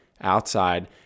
outside